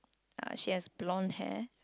uh she has blonde hair